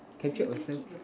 captured yourself